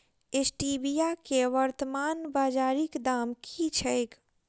Stevia केँ वर्तमान बाजारीक दाम की छैक?